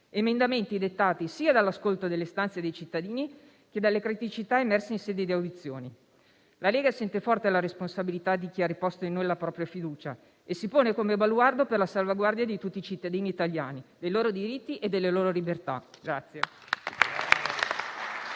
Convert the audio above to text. emendamenti dettati sia dall'ascolto delle istanze dei cittadini che dalle criticità emerse in sede di audizioni. La Lega sente forte la responsabilità di chi ha riposto in noi la propria fiducia e si pone come baluardo per la salvaguardia di tutti i cittadini italiani, dei loro diritti e delle loro libertà.